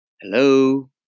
Hello